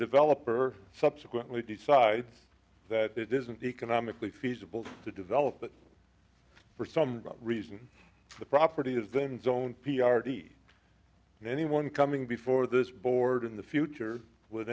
developer subsequently decides that it isn't economically feasible to develop but for some reason the property is then zone p r t anyone coming before this board in the future with